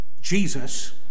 Jesus